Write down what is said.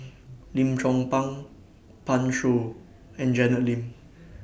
Lim Chong Pang Pan Shou and Janet Lim